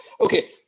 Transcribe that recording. Okay